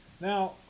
Now